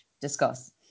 discuss